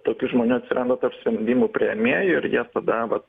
tokių žmonių atsiranda per sujungimų priėmėją ir jie tada vat